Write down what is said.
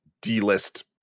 D-list